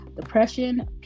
depression